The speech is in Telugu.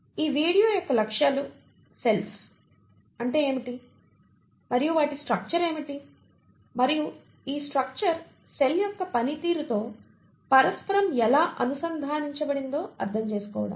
ఈ వీడియో యొక్క లక్ష్యాలు సెల్స్ అంటే ఏమిటి మరియు వాటి స్ట్రక్చర్ ఏమిటి మరియు ఈ స్ట్రక్చర్ సెల్ యొక్క పనితీరుతో పరస్పరం ఎలా అనుసంధానించబడిందో అర్థం చేసుకోవడం